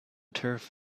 turf